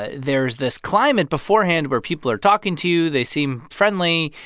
ah there's this climate beforehand where people are talking to you. they seem friendly.